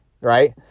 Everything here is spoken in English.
Right